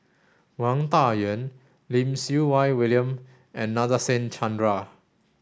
Wang Dayuan Lim Siew Wai William and Nadasen Chandra